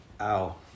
ow